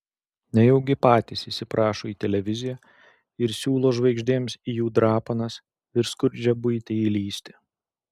nejaugi patys įsiprašo į televiziją ir siūlo žvaigždėms į jų drapanas ir skurdžią buitį įlįsti